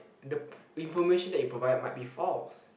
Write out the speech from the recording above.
the information that you provided might be false